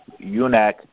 UNAC